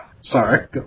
Sorry